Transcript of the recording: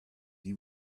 you